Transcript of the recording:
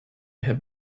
have